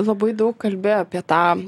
labai daug kalbi apie tą